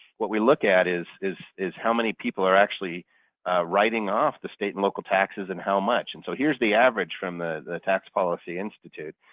what we look at is is how many people are actually writing off the state and local taxes and how much. and so here's the average from the tax policy institute.